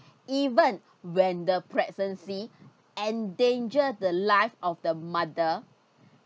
even when the pregnancy endanger the life of the mother